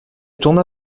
tourna